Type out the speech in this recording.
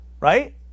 Right